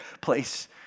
place